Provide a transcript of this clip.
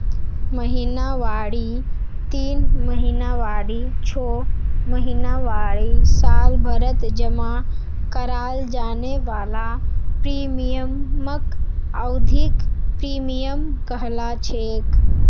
महिनावारी तीन महीनावारी छो महीनावारी सालभरत जमा कराल जाने वाला प्रीमियमक अवधिख प्रीमियम कहलाछेक